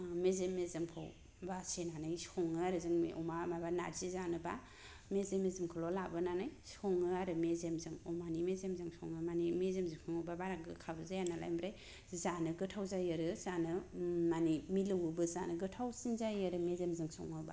मेजेम मेजेमखौ बासिनानै सङो आरो जोङो अमा माबा नारजि जानोबा मेजेम मेजेम खौल' लाबोनानै सङो आरो मेजेमजों अमानि मेजेमजों सङो मानि मेजेमजों सङोब्ला बारा गोखाबो जाया नालाय आमफ्राय जानो गोथाव जायो आरो जानो मानि मिलौओबो गोथावसिनबो जायो आरो मेजेमजों सङोब्ला